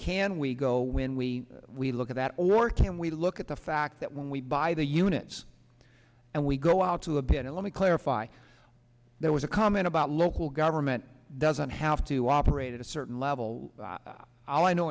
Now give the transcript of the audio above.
can we go when we we look at that or can we look at the fact that when we buy the units and we go out to a bit and let me clarify there was a comment about local government doesn't have to operate at a certain level i